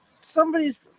somebody's